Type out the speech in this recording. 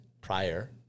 prior